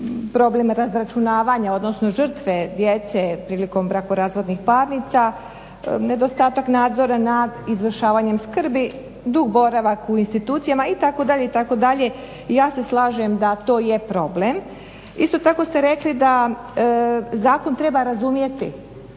problem je razračunavanja odnosno žrtve djece prilikom brakorazvodnih parnica, nedostatak nadzora nad izvršavanjem skrbi, dug boravak u institucijama itd., itd. Ja se slažem da to je problem. Isto tako ste rekli da zakon treba razumjeti